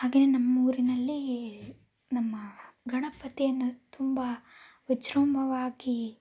ಹಾಗೆಯೇ ನಮ್ಮ ಊರಿನಲ್ಲಿ ನಮ್ಮ ಗಣಪತಿಯನ್ನು ತುಂಬ ವಿಜೃಂಭವಾಗಿ